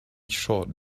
short